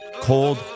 cold